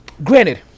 Granted